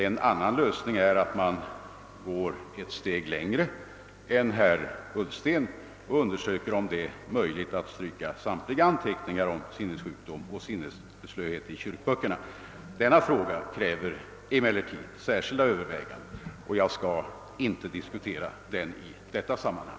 En annan lösning vore att gå ett steg längre än herr Ulisten önskar och undersöka, om det är möjligt att stryka samtliga anteckningar om sinnessjukdom och sinnesslöhet i kyrkoböckerna. Denna fråga kräver emellertid särskilda överväganden, och jag skall inte diskutera den i detta sammanhang.